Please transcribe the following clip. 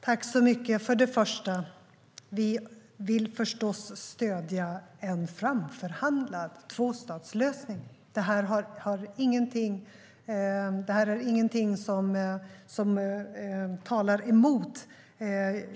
Fru talman! Först och främst: Vi vill förstås stödja en framförhandlad tvåstatslösning. Det finns ingenting som talar emot